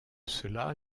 cela